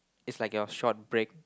it's like your short break